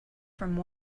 from